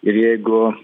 ir jeigu